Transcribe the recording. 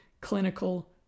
clinical